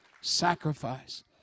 sacrifice